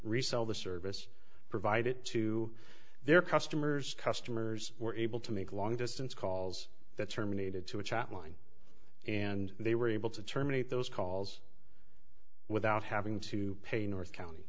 resell the service provided to their customers customers were able to make long distance calls that terminated to a chat line and they were able to terminate those calls without having to pay north county